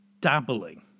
dabbling